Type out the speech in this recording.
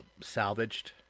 salvaged